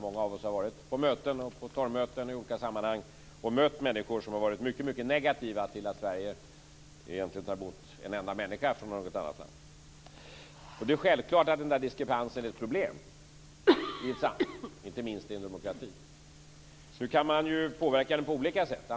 Många av oss har i olika sammanhang mött människor som har varit mycket negativa till att Sverige tar emot en enda människa från något annat land. Det är självklart att denna diskrepans är ett problem, inte minst i en demokrati. Nu kan man påverka på olika sätt.